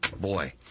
Boy